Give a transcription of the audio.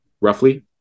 roughly